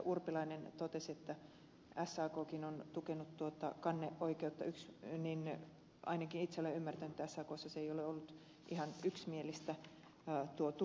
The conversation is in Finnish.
urpilainen totesi että sakkin on tukenut kanneoikeutta että ainakin itse olen ymmärtänyt että sakssa tuo tuki ei ole ollut ihan yksimielistä